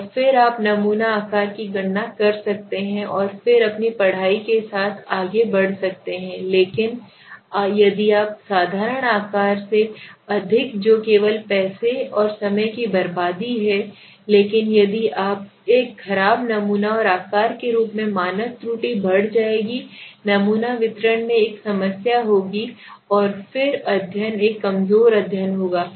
और फिर आप नमूना आकार की गणना कर सकते हैं और फिर अपनी पढ़ाई के साथ आगे बढ़ सकते हैं लेकिन यदि आप साधारण आकार से अधिक जो केवल पैसे और समय की बर्बादी है लेकिन यदि आप एक खराब नमूना आकार के रूप में मानक त्रुटि बढ़ जाएगी नमूना वितरण में एक समस्या होगी और फिर अध्ययन एक कमजोर अध्ययन होगा